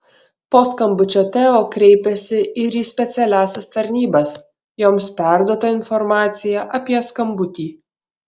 po skambučio teo kreipėsi ir į specialiąsias tarnybas joms perduota informacija apie skambutį